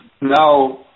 now